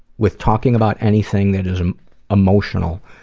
with talking about anything that is emotional,